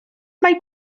mae